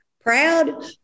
Proud